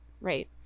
Right